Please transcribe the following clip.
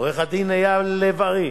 עורך-הדין אייל לב-ארי,